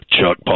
Chuck